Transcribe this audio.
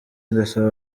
ndasaba